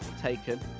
taken